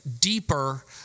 deeper